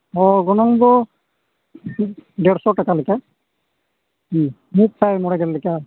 ᱜᱚᱱᱚᱝᱫᱚ ᱰᱮᱲᱥᱚ ᱴᱟᱞᱟ ᱞᱮᱠᱟ ᱢᱤᱫᱥᱟᱭ ᱢᱚᱬᱮᱜᱮᱞ ᱞᱮᱠᱟ